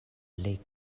plej